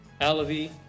Alavi